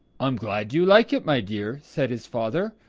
i'm glad you like it, my dear said his father.